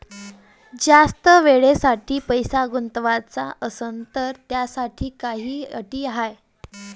जास्त वेळेसाठी पैसा गुंतवाचा असनं त त्याच्यासाठी काही अटी हाय?